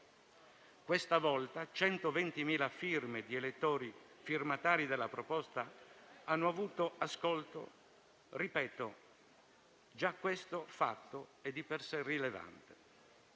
Questa volta, 120.000 firme di elettori firmatari della proposta hanno avuto ascolto e già questo fatto è di per sé rilevante.